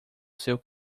seu